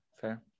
Fair